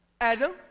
Adam